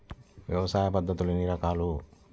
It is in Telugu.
వ్యవసాయ పద్ధతులు ఎన్ని రకాలు?